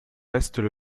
restent